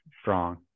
strong